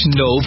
no